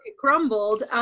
crumbled